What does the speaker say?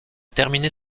terminer